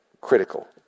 critical